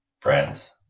friends